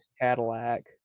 Cadillac